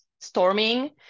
storming